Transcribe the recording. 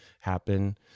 happen